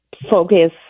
focus